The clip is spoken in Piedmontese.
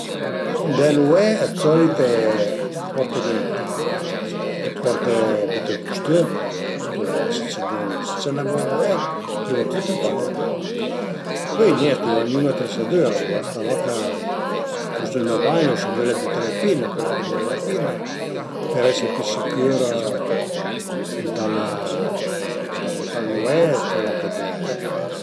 Andé nué d'solit porte niente, porte büte ël custüm natüralment së ses bun a nué, së ses nen bun a nué, prima dë tüt vade nen, ma pöi niente a i va gnüne atresadüre, a basta mach ël custüm da bagn o se völe büté le pinne, pöle anche duvré le pinne për esi pi sicür ënt ël ënt ël nué o fe lon che dëve fe